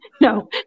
No